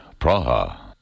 Praha